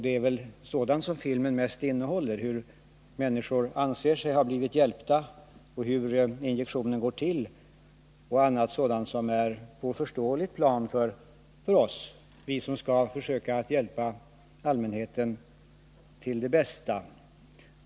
Det är väl mest sådant som filmen innehåller — hur människor anser sig ha blivit hjälpta och hur injektionen går till och annat sådant som är förståeligt för oss som skall försöka hjälpa allmänheten till det bästa.